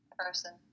person